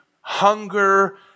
hunger